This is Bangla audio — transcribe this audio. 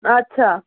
আচ্ছা